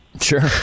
Sure